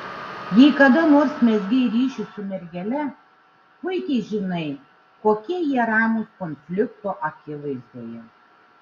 jei kada nors mezgei ryšį su mergele puikiai žinai kokie jie ramūs konflikto akivaizdoje